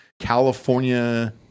California